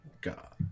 God